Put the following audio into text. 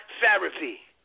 therapy